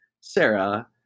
Sarah